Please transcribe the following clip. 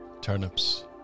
Turnips